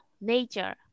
nature